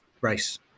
race